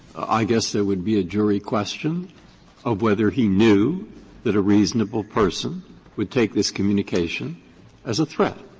i guess there would be a jury question of whether he knew that a reasonable person would take this communication as a threat.